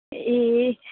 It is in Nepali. ए